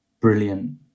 brilliant